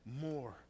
more